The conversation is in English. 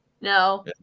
No